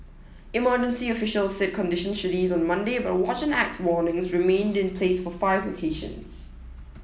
emergency officials said conditions should ease on Monday but watch and act warnings remained in place for five locations